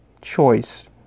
Choice